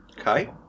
Okay